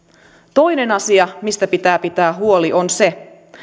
toinen asia mistä pitää pitää huoli on se